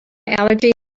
allergy